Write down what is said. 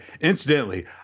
incidentally